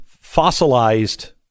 fossilized